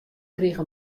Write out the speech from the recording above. krige